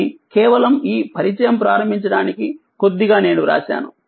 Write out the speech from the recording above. కానికేవలం ఈ పరిచయం ప్రారంభించడానికి కొద్దిగానేను రాశాను